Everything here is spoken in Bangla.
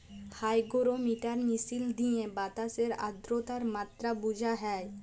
হাইগোরোমিটার মিশিল দিঁয়ে বাতাসের আদ্রতার মাত্রা বুঝা হ্যয়